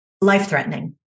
life-threatening